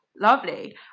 lovely